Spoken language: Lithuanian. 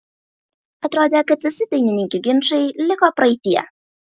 atrodė kad visi dainininkių ginčai liko praeityje